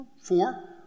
Four